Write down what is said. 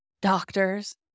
doctors